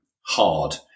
hard